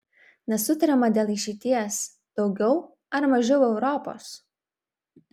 nesutariama dėl išeities daugiau ar mažiau europos